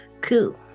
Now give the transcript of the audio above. Cool